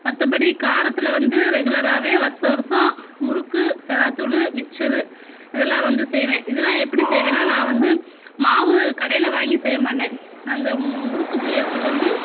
மற்றபடி காரத்தில் வந்து ரெகுலராகவே வருஷ வருஷம் முறுக்கு செராத்தூள் மிச்சர் இதெல்லாம் வந்து செய்வேன் இதெல்லாம் எப்படி செய்வேன்னா நான் வந்து மாவு கடையில் வாங்கி செய்ய மாட்டேன் அந்த மு முறுக்கு பிழியிறதுக்கு வந்து